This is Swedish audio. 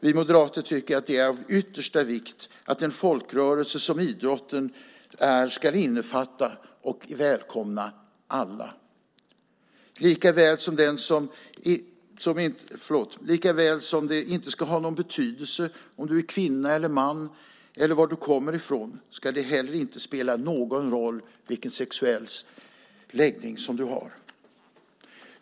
Vi moderater tycker att det är av yttersta vikt att en folkrörelse som idrotten ska innefatta och välkomna alla. Likaväl som det inte ska ha någon betydelse om du är kvinna eller man eller var du kommer ifrån ska det heller inte spela någon roll vilken sexuell läggning du har.